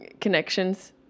connections